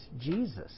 Jesus